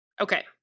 Okay